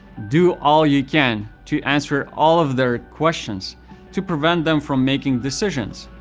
do all you can to answer all of their questions to prevent them from making decisions.